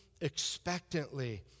expectantly